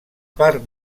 part